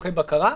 לצרכי בקרה,